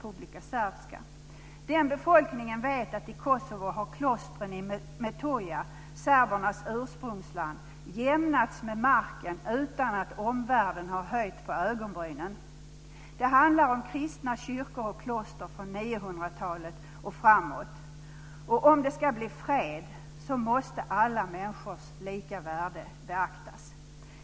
bor en serbisk befolkning som vet att i Kosovo har klostren i Methoja, serbernas ursprungsland, jämnats med marken utan att omvärlden har höjt på ögonbrynen. Det handlar om kristna kyrkor och kloster från 900-talet och framåt. Om det ska bli fred måste alla människors lika värde beaktas.